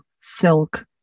silk